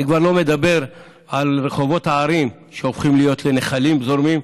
אני כבר לא מדבר על רחובות הערים שהופכים להיות לנחלים זורמים,